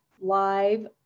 live